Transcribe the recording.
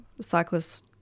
cyclists